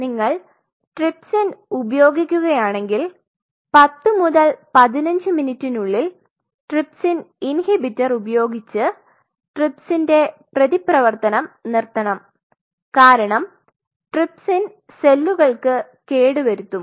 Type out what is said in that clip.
നിങ്ങൾ ട്രിപ്സിൻ ഉപയോഗിക്കുകയാണെങ്കിൽ 10 മുതൽ 15 മിനിറ്റിനുള്ളിൽ ട്രിപ്സിൻ ഇൻഹിബിറ്റർ ഉപയോഗിച്ച് ട്രിപ്സിൻന്റെ പ്രതിപ്രവർത്തനം നിർത്തണം കാരണം ട്രിപ്സിൻ സെല്ലുകൾക് കേടുവരുത്തും